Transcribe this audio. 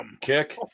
Kick